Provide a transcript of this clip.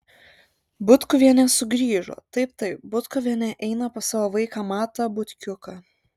butkuvienė sugrįžo taip taip butkuvienė eina pas savo vaiką matą butkiuką